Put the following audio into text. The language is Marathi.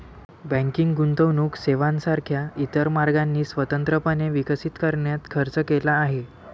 बँकिंग गुंतवणूक सेवांसारख्या इतर मार्गांनी स्वतंत्रपणे विकसित करण्यात खर्च केला आहे